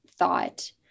thought